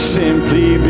simply